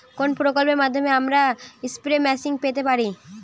কোন প্রকল্পের মাধ্যমে আমরা স্প্রে মেশিন পেতে পারি?